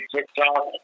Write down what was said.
TikTok